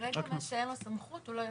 כרגע למה שאין לו סמכות הוא לא יכול.